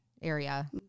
area